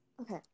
Okay